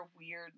weird